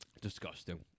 Disgusting